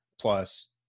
plus